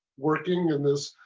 working in this.